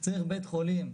צריך בית חולים,